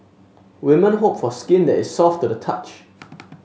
women hope for skin that is soft to the touch